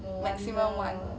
maximum one